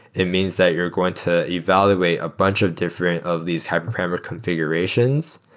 it means that you're going to evaluate a bunch of different of these hyperparameter configurations,